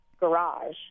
garage